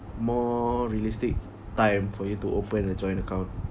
more realistic time for you to open a joint account